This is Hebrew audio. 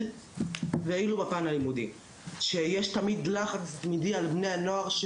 וגם בפן הלימודי שיש תמיד לחץ על בני הנוער,